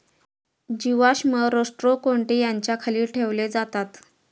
जीवाश्म रोस्ट्रोकोन्टि याच्या खाली ठेवले जातात